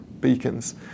beacons